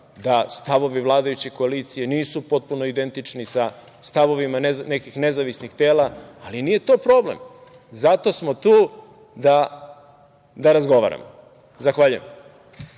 da stavovi vladajuće koalicije nisu potpuno identični sa stavovima nekih nezavisnih tela, ali nije to problem. Zato smo tu da razgovaramo. Zahvaljujem.